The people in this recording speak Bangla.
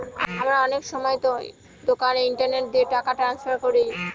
আমরা অনেক সময়তো দোকানে ইন্টারনেট দিয়ে টাকা ট্রান্সফার করি